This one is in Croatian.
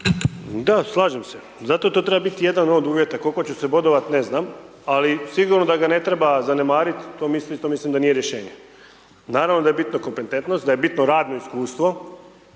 Da, slažem se zato to treba biti jedan od uvjeta, koliko će se bodovat ne znam, ali sigurno da ga ne treba zanemarit, to mislim, to mislim da nije rješenje. Naravno da je bitno kompetentnost, da bitno radno iskustvo,